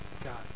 God